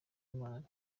imari